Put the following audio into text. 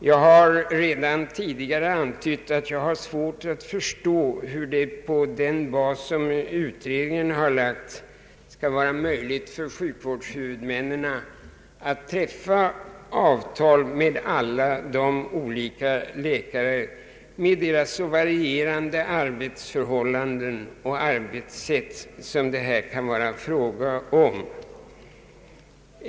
Jag har redan tidigare antytt att jag har svårt att förstå hur det på den bas som utredningen lagt skall vara möjligt för huvudmännen att träffa avtal med alla de olika läkare, med deras så varierande arbetsförhållanden och arbetssätt, som det här kan vara fråga om.